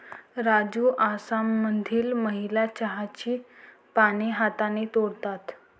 राजू आसाममधील महिला चहाची पाने हाताने तोडतात